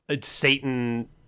Satan